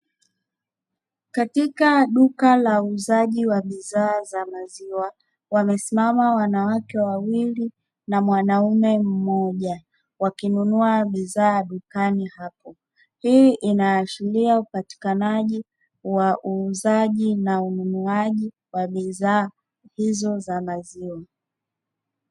Katika duka la uuzaji wa bidhaa za maziwa wamesimama wanawake wawili na mwanaume mmoja, wakinunua bidhaa dukani hapo hii inaashiria upatikanaji wa uuzaji na ununuaji wa bidhaa hizo za maziwa.